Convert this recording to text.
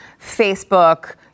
Facebook